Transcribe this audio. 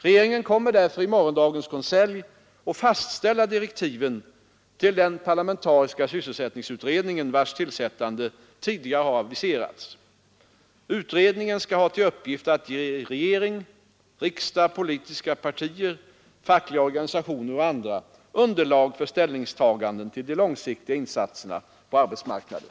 Regeringen kommer därför i morgondagens konselj att fastställa direktiven till den parlamentariska sysselsättningsutredningen, vars tillsättande tidigare har aviserats. Utredningen skall ha till uppgift att ge regering, riksdag, politiska partier, fackliga organisationer och andra underlag för ställningstaganden till de långsiktiga insatserna på arbetsmarknaden.